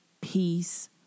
peace